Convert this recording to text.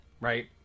right